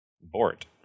Bort